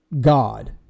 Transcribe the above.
God